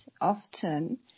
often